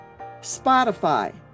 Spotify